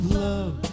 love